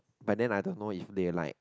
but then I don't know if they like